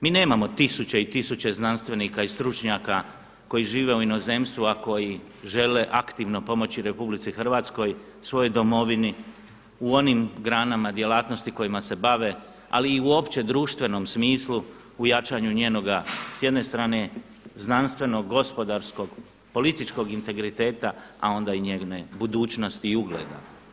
Mi nemamo tisuće i tisuće znanstvenika i stručnjaka koji žive u inozemstvu a koji žele aktivno pomoći Republici Hrvatskoj, svojoj domovini onim granama djelatnosti kojima se bave ali i u opće društvenom smislu u jačanju njenoga, s jedne strane znanstvenog, gospodarskog, političkog integriteta a onda i njene budućnosti i ugleda.